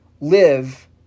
live